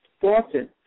Boston